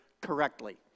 correctly